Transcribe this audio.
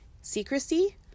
Secrecy